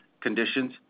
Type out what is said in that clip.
conditions